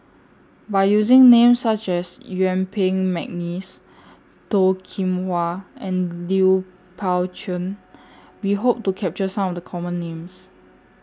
By using Names such as Yuen Peng Mcneice Toh Kim Hwa and Lui Pao Chuen We Hope to capture Some of The Common Names